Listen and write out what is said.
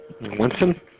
Winston